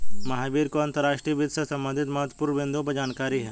महावीर को अंतर्राष्ट्रीय वित्त से संबंधित महत्वपूर्ण बिन्दुओं पर जानकारी है